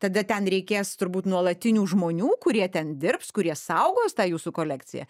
tada ten reikės turbūt nuolatinių žmonių kurie ten dirbs kurie saugos tą jūsų kolekciją